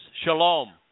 Shalom